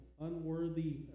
unworthy